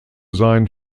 seien